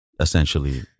essentially